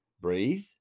Breathe